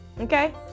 Okay